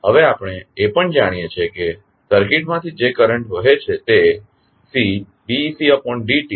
હવે આપણે એ પણ જાણીએ છીએ કે સર્કિટમાંથી જે કરંટ વહે છે તે Cd ecd tit છે